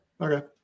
Okay